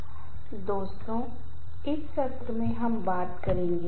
पहले हम तनाव को परिभाषित करेंगे दूसरा हम तनाव के कारणों का विश्लेषण करेंगे